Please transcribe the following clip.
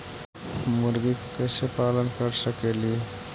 मुर्गि के कैसे पालन कर सकेली?